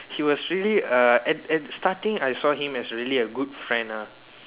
he was really uh at at starting I saw him as really a good friend uh